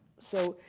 so,